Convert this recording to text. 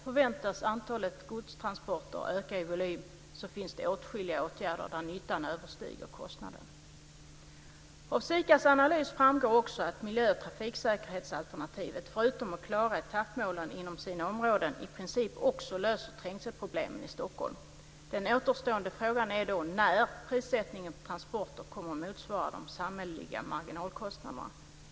Förväntas godstransporter på spår öka i volym finns det åtskilliga åtgärder där nyttan överstiger kostnaden. Av SIKA:s analys framgår också att miljö och trafiksäkerhetsalternativet förutom att klara etappmålen inom sina områden i princip också löser trängselproblemen i Stockholm. Den återstående frågan är då när prissättningen på transporter kommer att motsvara de samhälleliga marginalkostnaderna.